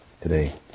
today